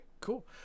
cool